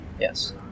Yes